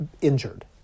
injured